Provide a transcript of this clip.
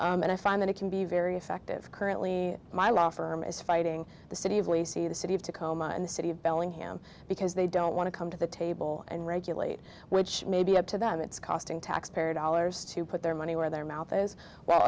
hopefully and i find that it can be very effective currently my law firm is fighting the city of lisi the city of tacoma and the city of bellingham because they don't want to come to the table and regulate which may be up to them it's costing taxpayer dollars to put their money where their mouth is well